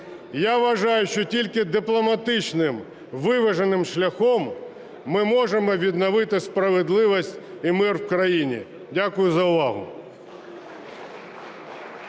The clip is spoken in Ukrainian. Я вважаю, що тільки дипломатичним виваженим шляхом ми можемо відновити справедливість і мир в країні. Дякую за увагу.